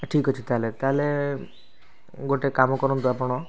ଠିକ୍ ଅଛି ତାହାହେଲେ ତାହାହେଲେ ଗୋଟେ କାମ କରନ୍ତୁ ଆପଣ